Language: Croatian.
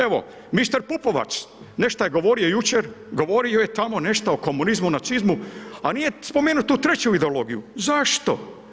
Evo mister Pupovac, nešto je govorio jučer, govorio je nešto o komunizmu, nacizmu a nije spomenuo tu treću ideologiju, zašto?